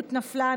נפלה.